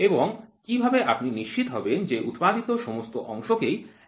এবং কীভাবে আপনি নিশ্চিত হবেন যে উৎপাদিত সমস্ত অংশকেই একত্রিত করা যাবে